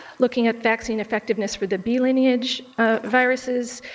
looking at vaccine effectiveness for the b lineage viruses,